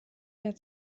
der